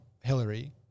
Hillary